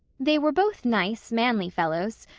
they were both nice, manly fellows,